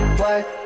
work